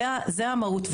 זו המהות.